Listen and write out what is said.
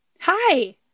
Hi